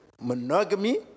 monogamy